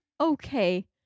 okay